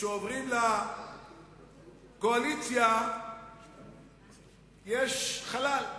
כשעוברים לקואליציה יש חלל.